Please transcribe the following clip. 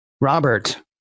Robert